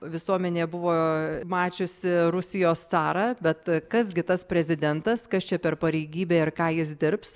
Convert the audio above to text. visuomenė buvo mačiusi rusijos carą bet kas gi tas prezidentas kas čia per pareigybė ir ką jis dirbs